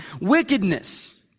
wickedness